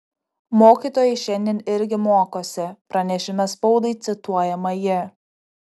mokytojai šiandien irgi mokosi pranešime spaudai cituojama ji